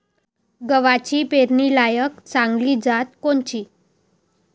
गव्हाची पेरनीलायक चांगली जात कोनची?